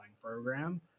program